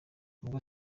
ubwo